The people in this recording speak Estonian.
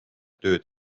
tööd